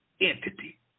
entity